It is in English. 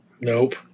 Nope